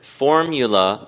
formula